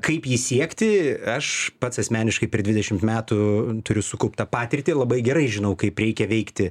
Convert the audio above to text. kaip jį siekti aš pats asmeniškai per dvidešim metų turiu sukauptą patirtį labai gerai žinau kaip reikia veikti